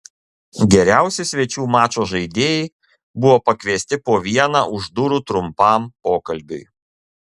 geriausi svečių mačo žaidėjai buvo pakviesti po vieną už durų trumpam pokalbiui